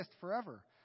forever